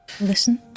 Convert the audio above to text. Listen